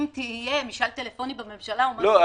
אם יהיה משאל טלפוני בממשלה או משהו